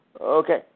Okay